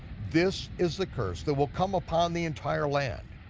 this is the curse that will come upon the entire land.